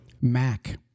Mac